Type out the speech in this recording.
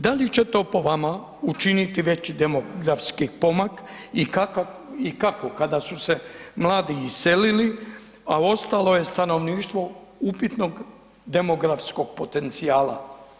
Da li će to po vama učiniti veći demografski pomak i kako kada su se mladi iselili, a ostalo je stanovništvo upitnog demografskog potencijala?